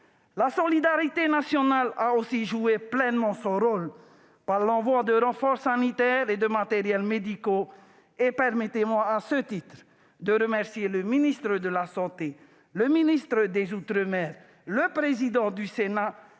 La solidarité nationale a aussi pleinement joué son rôle, par l'envoi de renforts sanitaires et de matériels médicaux. Permettez-moi, à ce titre, de remercier le ministre des solidarités et de la santé, le ministre des outre-mer, le président du Sénat